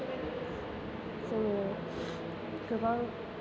जों गोबां